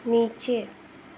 नीचे